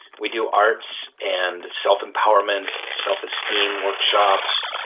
we do arts and self empowerment, self esteem workshops,